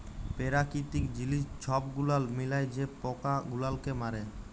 পেরাকিতিক জিলিস ছব গুলাল মিলায় যে পকা গুলালকে মারে